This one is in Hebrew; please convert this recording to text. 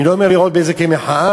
אני לא אומר לראות בזה מחאה,